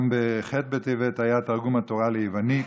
גם בח' בטבת היה תרגום התורה ליוונית,